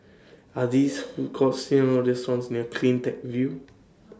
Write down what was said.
Are These Food Courts sell restaurants near CleanTech View